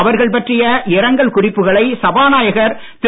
அவர்கள் பற்றிய இரங்கல் குறிப்புகளை சபாநாயகர் திரு